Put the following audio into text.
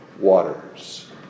waters